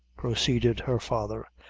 proceeded her father,